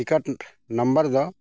ticket number ᱫᱚ